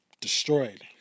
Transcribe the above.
destroyed